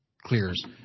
clears